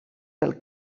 pel